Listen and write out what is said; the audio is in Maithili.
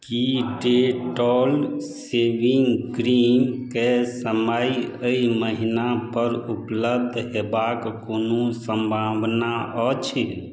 की डेटोल शेविंग क्रीमकेँ समय एहि महीना पर उपलब्ध हेयबाक कोनो संभावना अछि